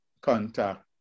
contact